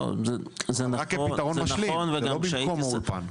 זה רק פתרון משלים, זה לא במקום האולפן.